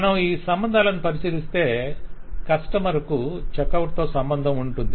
మనం ఈ సంబంధాలను పరిశీలిస్తే కస్టమర్ కు చెక్ అవుట్ తో సంబంధం ఉంటుంది